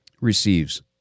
receives